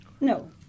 No